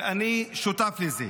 ואני שותף לזה.